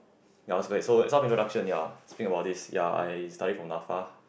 ya so wait so some introduction ya speaking about this ya I study from NAFA